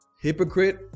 hypocrite